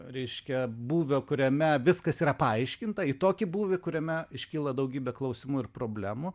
reiškia būvio kuriame viskas yra paaiškinta į tokį būvį kuriame iškyla daugybė klausimų ir problemų